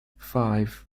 five